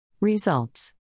Results